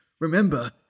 remember